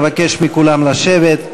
אבקש מכולם לשבת.